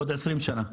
ק עוד 20 שנה.